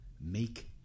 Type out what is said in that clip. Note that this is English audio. make